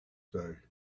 day